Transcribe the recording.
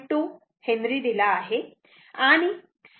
2 H दिला आहे